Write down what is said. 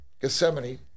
Gethsemane